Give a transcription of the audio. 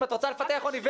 אם את רוצה לפתח אוניברסיטה,